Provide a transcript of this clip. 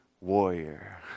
warrior